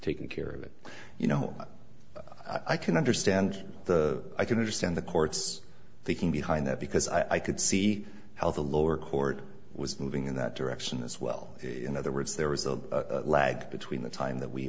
taken care of it you know i can understand the i can understand the court's thinking behind that because i could see how the lower court was moving in that direction as well in other words there was a lag between the time that we